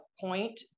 point